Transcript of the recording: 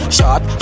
Shot